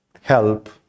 help